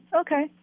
okay